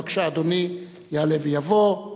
בבקשה, אדוני, יעלה ויבוא.